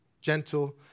gentle